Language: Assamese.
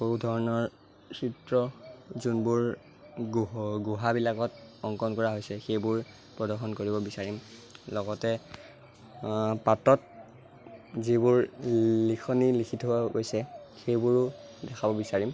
বহুধৰণৰ চিত্ৰ যোনবোৰ গুহ গুহাবিলাকত অংকন কৰা হৈছে সেইবোৰ প্ৰদৰ্শন কৰিব বিচাৰিম লগতে পাতত যিবোৰ লিখনি লিখি থোৱা গৈছে সেইবোৰো দেখাব বিচাৰিম